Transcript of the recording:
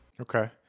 Okay